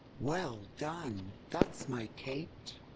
well done! that's my kate.